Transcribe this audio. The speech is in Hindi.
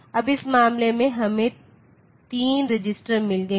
अब इस मामले में हमें 3 रजिस्टर मिल गए हैं